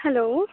hello